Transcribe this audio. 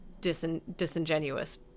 disingenuous